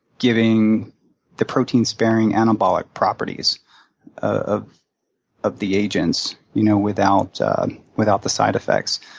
giving the protein sparing anabolic properties of of the agents you know without without the side effects.